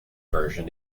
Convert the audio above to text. version